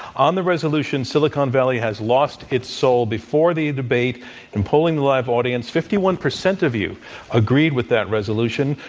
on the resolution, silicon valley has its soul, before the debate in polling the live audience fifty one percent of you agreed with that resolution,